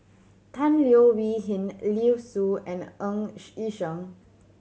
Tan Leo Wee Hin Liu Sue and Ng Yi Sheng